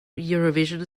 eurovision